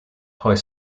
high